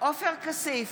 עופר כסיף,